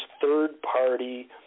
third-party